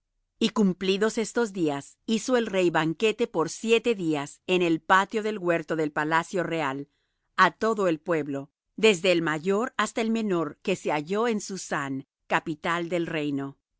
y cumplidos estos días hizo el rey banquete por siete días en el patio del huerto del palacio real á todo el pueblo desde el mayor hasta el menor que se halló en susán capital del reino